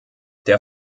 der